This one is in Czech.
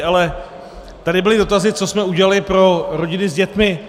Ale tady byly dotazy, co jsme udělali pro rodiny s dětmi.